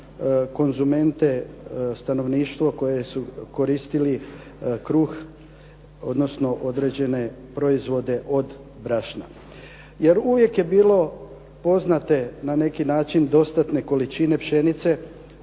konzumente, stanovništvo koje su koristili kruh odnosno određene proizvode od brašna. Jer uvijek je bilo poznate, na neki način, dostatne količine pšenice